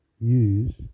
use